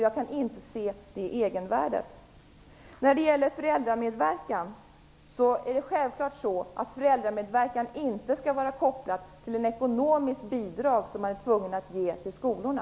Jag kan inte se det egenvärdet. När det gäller föräldramedverkan är det självklart så, att föräldramedverkan inte skall vara kopplad med ett ekonomiskt bidrag som man är tvungen att ge till skolorna.